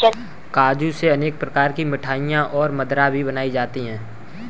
काजू से अनेक प्रकार की मिठाईयाँ और मदिरा भी बनाई जाती है